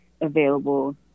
available